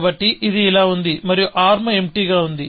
కాబట్టి ఇది ఇలా ఉంది మరియు ఆర్మ్ ఎంప్టీగా ఉంది